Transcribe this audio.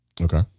Okay